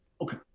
okay